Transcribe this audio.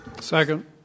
Second